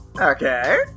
Okay